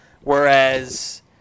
whereas